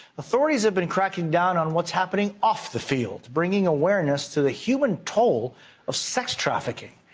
authorities have been cracking down on what's happening off the field. bringing awareness to the human toll of sex trafficking.